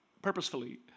Purposefully